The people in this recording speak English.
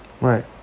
Right